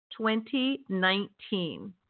2019